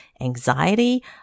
anxiety